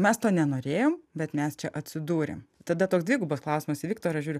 mes to nenorėjom bet mes čia atsidūrėm tada toks dvigubas klausimas į viktorą žiūriu